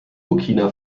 burkina